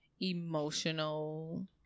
emotional